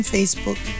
Facebook